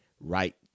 right